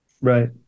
Right